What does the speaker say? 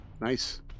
Nice